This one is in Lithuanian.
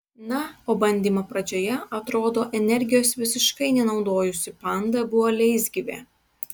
na o bandymo pradžioje atrodo energijos visiškai nenaudojusi panda buvo leisgyvė